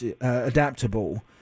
adaptable